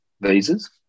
visas